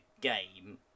game